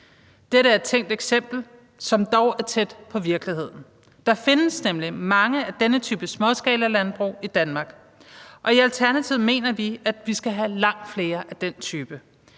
Dette er et tænkt eksempel, som dog er tæt på virkeligheden. Der findes nemlig mange af denne type småskalalandbrug i Danmark, og i Alternativet mener vi, at vi skal have langt flere af den type.